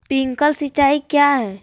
Sprinkler सिंचाई क्या है?